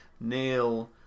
Neil